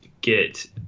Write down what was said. get